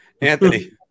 Anthony